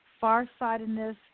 farsightedness